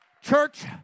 Church